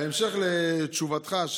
בהמשך לתשובתך,